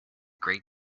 great